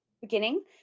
beginning